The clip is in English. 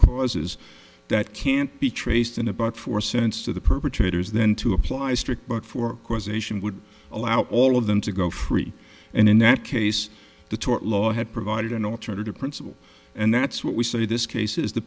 causes that can't be traced in about four cents to the perpetrators then to apply strict but for causation would allow all of them to go free and in that case the tort law had provided an alternative principle and that's what we say this case is the